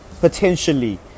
potentially